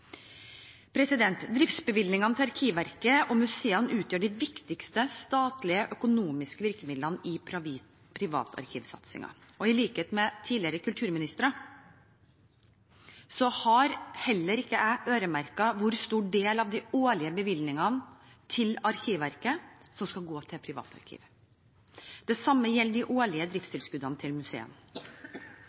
Driftsbevilgningene til Arkivverket og museene utgjør de viktigste statlige økonomiske virkemidlene i privatarkivsatsingen, og i likhet med tidligere kulturministre har heller ikke jeg øremerket hvor stor del av de årlige bevilgningene til Arkivverket som skal gå til privatarkiv. Det samme gjelder de årlige driftstilskuddene til